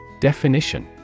Definition